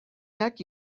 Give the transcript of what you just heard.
neck